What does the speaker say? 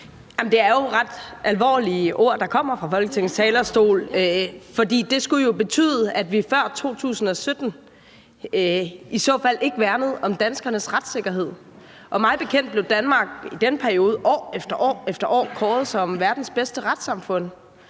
Det er jo ret alvorlige ord, der kommer fra Folketingets talerstol, for det skulle betyde, at vi før 2017 i så fald ikke værnede om danskernes retssikkerhed. Mig bekendt blev Danmark i den periode år efter år kåret som verdens bedste retssamfund.